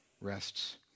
rests